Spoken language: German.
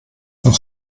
noch